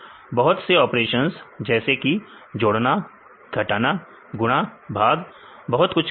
बहुत से ऑपरेशंस जैसे कि जोड़ना घटाना गुणा भाग बहुत कुछ कर सकते हैं